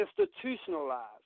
institutionalized